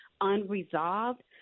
unresolved